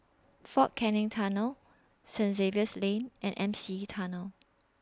Fort Canning Tunnel Saint Xavier's Lane and M C E Tunnel